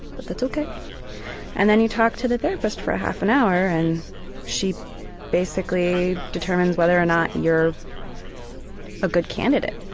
but that's ok and then you talk to the therapist for half an hour and she basically determines whether or not you're a good candidate.